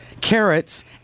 carrots